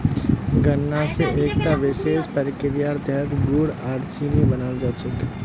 गन्ना स एकता विशेष प्रक्रियार तहतत गुड़ आर चीनी बनाल जा छेक